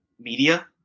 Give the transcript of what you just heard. media